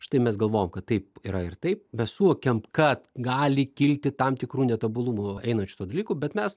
štai mes galvojam kad taip yra ir taip mes suokiam kad gali kilti tam tikrų netobulumų einant šituo dalyku bet mes